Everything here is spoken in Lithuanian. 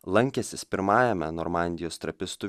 lankęsis pirmajame normandijos trapistų